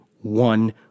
one